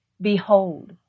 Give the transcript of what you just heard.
Behold